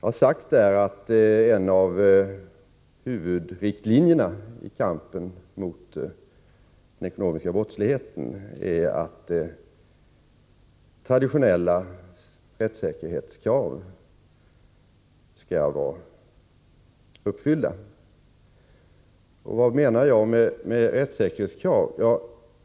Jag har där sagt att en av huvudriktlinjerna vid kampen mot den ekonomiska brottsligheten är att traditionella rättssäkerhetskrav skall vara uppfyllda. Vad menar jag då med ”rättssäkerhetskrav”?